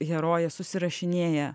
heroje susirašinėja